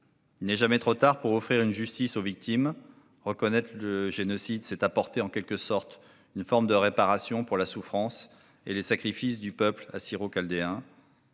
Il n'est jamais trop tard pour offrir une justice aux victimes. Reconnaître le génocide, c'est en quelque sorte apporter une forme de réparation pour la souffrance et les sacrifices du peuple assyro-chaldéen.